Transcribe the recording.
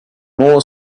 more